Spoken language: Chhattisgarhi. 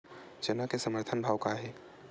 चना के समर्थन भाव का हे?